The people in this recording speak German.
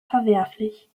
verwerflich